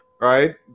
Right